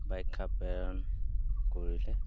বাখ্যা প্ৰেৰণ কৰিলে